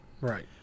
Right